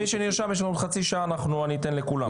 מי שנרשם, יש לנו חצי שעה, אני אתן לכולם.